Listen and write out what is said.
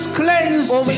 cleansed